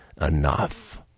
enough